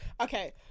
okay